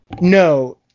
No